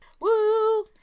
Woo